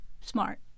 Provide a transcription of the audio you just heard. smart